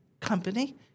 company